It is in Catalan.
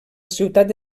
ciutat